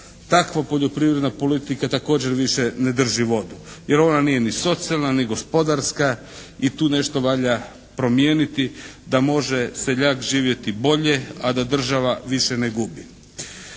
Takva poljoprivredna politika također više ne drži vodu, jer ona nije ni socijalna, ni gospodarska i tu nešto valja promijeniti da može seljak živjeti bolje a da država više ne gubi.